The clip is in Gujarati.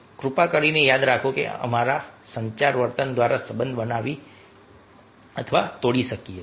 કૃપા કરીને યાદ રાખો કે અમે અમારા સંચાર વર્તન દ્વારા સંબંધ બનાવી અથવા તોડી શકીએ છીએ